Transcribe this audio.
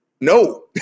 no